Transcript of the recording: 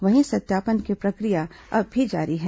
वहीं सत्यापन की प्रक्रिया अब भी जारी है